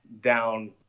down